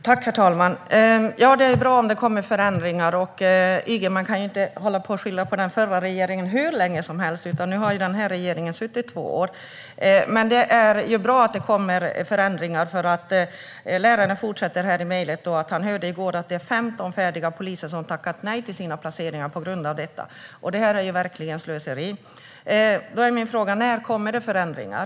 Herr talman! Det är bra om det kommer förändringar. Ygeman kan inte hålla på och skylla på den förra regeringen hur länge som helst, för nu har ju den här regeringen suttit i två år. Det är bra att det kommer förändringar, för läraren fortsätter i mejlet med att han i går hörde att det är 15 färdiga poliser som har tackat nej till sina placeringar på grund av detta, vilket verkligen är slöseri. Min fråga är: När kommer dessa förändringar?